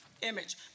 image